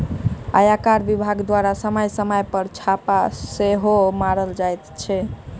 आयकर विभाग द्वारा समय समय पर छापा सेहो मारल जाइत अछि